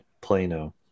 Plano